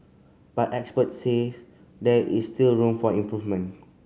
but experts says there is still room for improvement